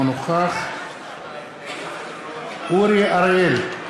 אינו נוכח אורי אריאל,